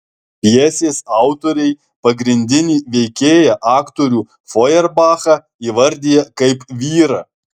pjesės autoriai pagrindinį veikėją aktorių fojerbachą įvardija kaip vyrą